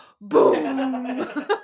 boom